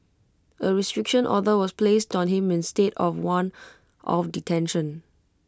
A restriction order was placed on him instead of one of detention